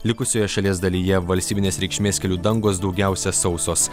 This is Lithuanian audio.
likusioje šalies dalyje valstybinės reikšmės kelių dangos daugiausia sausos